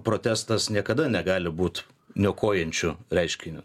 protestas niekada negali būt niokojančiu reiškiniu